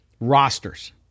rosters